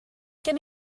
gen